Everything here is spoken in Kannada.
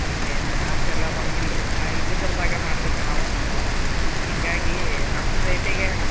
ಈಗೆಲ್ಲ ಅಷ್ಟೆಲ್ಲ ರೊಕ್ಕ ಇಲ್ರಿ ಪಾ ಇದ್ದಿದ್ರದಾಗ ಮಾಡ್ಬೇಕು ನಾವೂ ಹೀಗಾಗಿ ನಮ್ಮ ರೇಟಿಗೆ